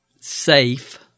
safe